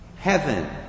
heaven